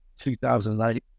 2008